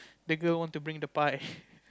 the girl want to bring the pie